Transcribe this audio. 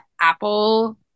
apple